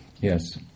Yes